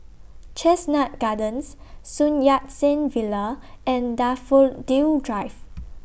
Chestnut Gardens Sun Yat Sen Villa and Daffodil Drive